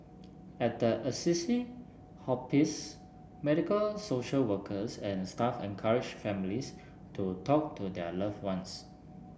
at the Assisi Hospice medical social workers and staff encourage families to talk to their loved ones